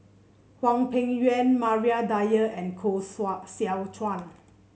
Hwang Peng Yuan Maria Dyer and Koh Seow Chuan